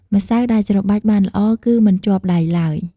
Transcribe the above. ម្សៅដែលច្របាច់បានល្អគឺមិនជាប់ដៃឡើយ។